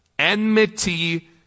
enmity